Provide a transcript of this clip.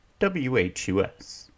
WHUS